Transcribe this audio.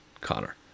Connor